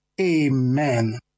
Amen